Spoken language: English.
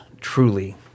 truly